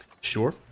sure